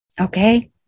Okay